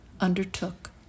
undertook